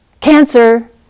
Cancer